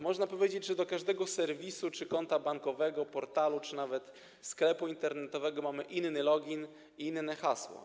Można powiedzieć, że do każdego serwisu, konta bankowego, portalu czy nawet sklepu internetowego mamy inny login, inne hasło.